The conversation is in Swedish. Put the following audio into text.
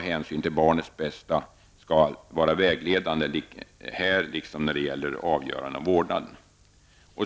Hänsyn till barnets bästa skall vara vägledande här liksom när det gäller avgöranden om vårdnaden.